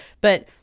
But-